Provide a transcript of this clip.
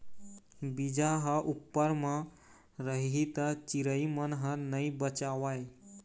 बीजा ह उप्पर म रही त चिरई मन ह नइ बचावय